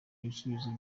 igisubizo